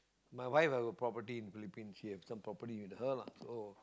my wife I will probably live in here with some property in her lah so